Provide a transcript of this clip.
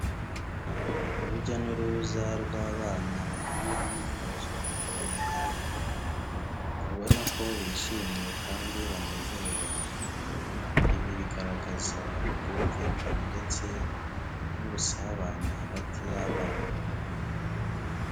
Urujya n'uruza rw'abana bavuye mu myitozo ngororamubiri ubona ko bishimye kandi banezerewe, ibi bigaragaza ubwumvikane ndetse n'ubusabane hagati y'abana.